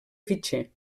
fitxer